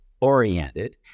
oriented